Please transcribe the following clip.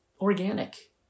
organic